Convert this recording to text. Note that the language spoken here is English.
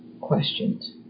questions